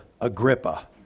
Agrippa